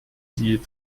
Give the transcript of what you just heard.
die